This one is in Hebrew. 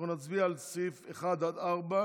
נצביע על סעיפים 1 4,